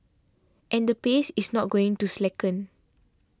and the pace is not going to slacken